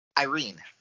Irene